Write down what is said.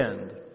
end